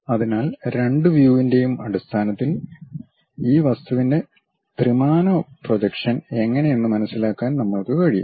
അതിനാൽ രണ്ട് വ്യുവിൻ്റെയും അടിസ്ഥാനത്തിൽ ഈ വസ്തുവിന്റെ ത്രിമാന പ്രൊജക്ഷൻ എങ്ങനെയെന്ന് മനസിലാക്കാൻ നമ്മൾക്ക് കഴിയും